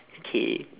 okay